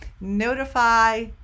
notify